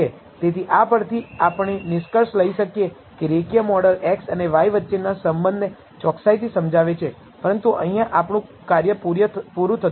તેથી આપણે નલ પૂર્વધારણા એટલે કે β1 માં 0 નો સમાવેશ થાય છે તેને નકારી કાઢીએ અને સ્લોપ એ મોડેલમાં જાળવી રાખવા માટે એક મહત્વપૂર્ણ પરિમાણ છે